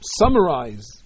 summarize